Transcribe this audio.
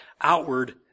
outward